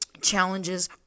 Challenges